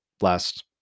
last